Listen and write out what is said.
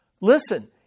Listen